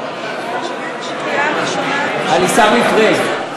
על עיסאווי פריג'.